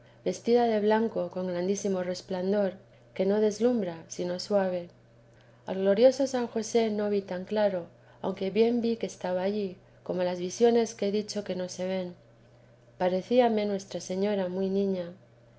vestida de blanco con grandísimo resplandor no que deslumhra sino suave al glorioso san josé no vi tan claro aunque bien vi queestaba allí como las visiones que he dicho que no se ven perecíame nuestra señora muy niña